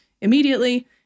immediately